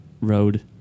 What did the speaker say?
Road